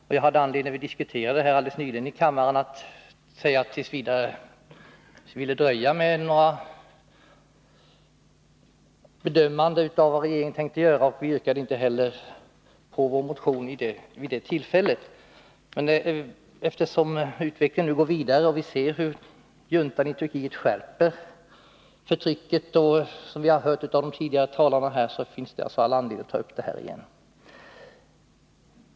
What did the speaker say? När vi helt nyligen diskuterade den här i kammaren hade jag anledning att säga att vi t. v. ville vänta med att göra några bedömningar av de åtgärder som regeringen avsåg att vidta, och vi yrkade vid det tillfället inte heller bifall till vår motion. Men allteftersom utvecklingen går vidare och vi ser hur juntan i Turkiet skärper förtrycket, vilket vi också har hört i debatten i dag, finns det all anledning att ta upp frågan igen.